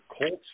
Colts